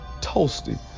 toasty